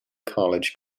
college